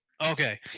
Okay